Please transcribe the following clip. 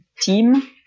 team